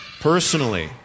personally